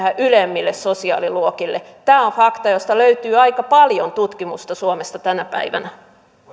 ylemmille sosiaaliluokille tämä on fakta josta löytyy aika paljon tutkimusta suomessa tänä päivänä